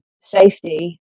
Safety